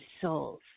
souls